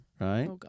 right